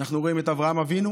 אנחנו רואים את אברהם אבינו